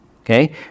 Okay